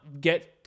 get